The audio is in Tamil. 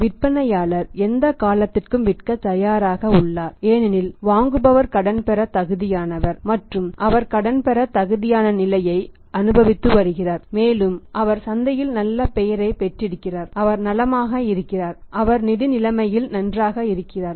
விற்பனையாளர் எந்த காலத்திற்கும் விற்கத் தயாராக உள்ளார் ஏனெனில் வாங்குபவர் கடன் பெற தகுதியானவர் மற்றும் அவர் கடன் பெற தகுதியான நிலையை அனுபவித்து வருகிறார் மேலும் அவர் சந்தையில் நல்ல பெயரைப் பெற்றிருக்கிறார் அவர் நலமாக இருக்கிறார் அவர் நிதி நிலைமையில் நன்றாக இருக்கிறார்